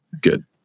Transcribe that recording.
Good